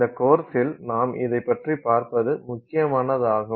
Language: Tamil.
இந்த கோர்ஸில் நாம் இதைப் பற்றிப் பார்ப்பது முக்கியமானதாகும்